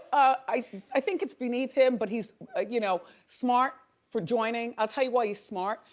i i think it's beneath him, but he's ah you know smart for joining. i'll tell you why he's smart.